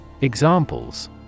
Examples